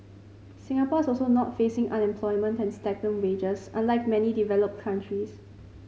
Singapore is also not facing unemployment and stagnant wages unlike many developed countries